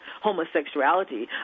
homosexuality